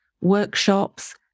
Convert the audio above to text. workshops